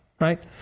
Right